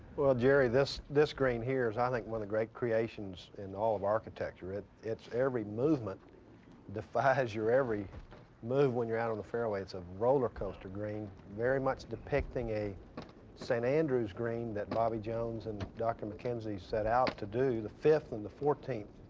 well, jerry this, this green here's i, like one the great creations and all of architecture at its every movement defies, your every move. when you're out on the fairways of roller-coaster green very much depicting a st andrews green that bobby jones and dr mckenzie set out to do the fifth on and the fourteenth.